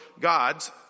gods